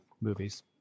movies